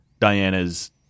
Diana's